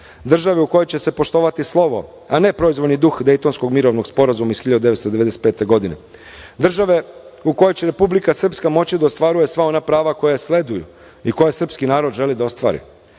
države u kojoj će se poštovati slovo, a ne proizvoljni duh Dejtonskog mirovnog sporazuma iz 1995. godine, države u kojoj će Republika Srpska moći da ostvaruje sva ona prava koja joj sleduju i koja srpski narod želi da ostvari. Niko